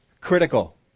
critical